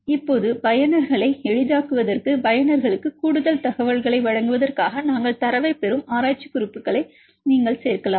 இப்போது பயனர்களை எளிதாக்குவதற்கு பயனர்களுக்கு கூடுதல் தகவல்களை வழங்குவதற்காக நாங்கள் தரவைப் பெறும் ஆராய்ச்சி குறிப்புக்களை நீங்கள் சேர்க்கலாம்